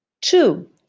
Two